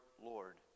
Lord